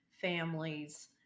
families